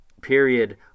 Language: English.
Period